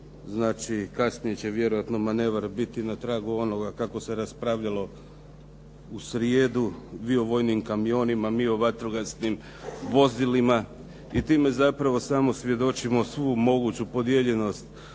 Znači, kasnije će vjerojatno manevar biti na tragu onoga kako se raspravljalo u srijedu, vi o vojnim kamionima, mi o vatrogasnim vozilima i time zapravo samo svjedočimo svu moguću podijeljenost